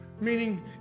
meaning